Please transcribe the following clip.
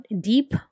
deep